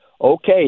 okay